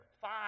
Five